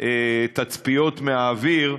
תצפיות מהאוויר.